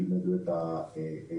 ילמדו את הסוגיה.